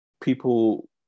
people